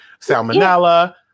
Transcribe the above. salmonella